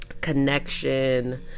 connection